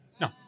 No